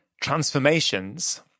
transformations